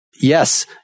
Yes